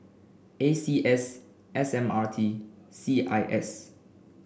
A C S S M R T C I S